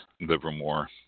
Livermore